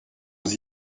aux